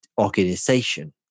organization